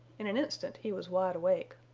in an instant he was wide awake.